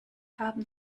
haben